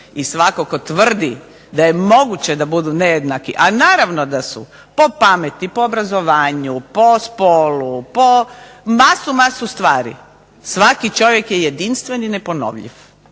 I svatko tko tvrdi da je moguće da budu nejednaki, a naravno da su po pameti, po obrazovanju, po spolu, po masu, masu stvari svaki čovjek je jedinstven i neponovljiv